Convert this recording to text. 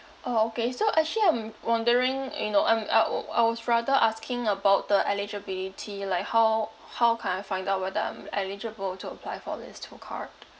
orh okay so actually I'm wondering you know um I wou~ I was rather asking about the eligibility like how how can I find out whether I'm eligible to apply for these two card